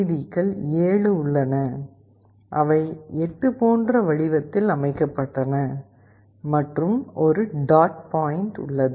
D கள் 7 உள்ளன அவை 8 போன்ற வடிவத்தில் அமைக்கப்பட்டன மற்றும் ஒரு டாட் பாயிண்ட் உள்ளது